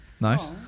Nice